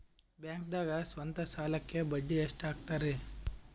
ಬ್ಯಾಂಕ್ದಾಗ ಸ್ವಂತ ಸಾಲಕ್ಕೆ ಬಡ್ಡಿ ಎಷ್ಟ್ ಹಕ್ತಾರಿ?